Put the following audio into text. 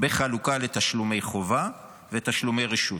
בחלוקה לתשלומי חובה ותשלומי רשות.